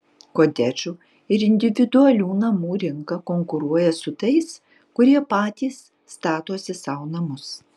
kotedžų ir individualių namų rinka konkuruoja su tais kurie patys statosi sau namus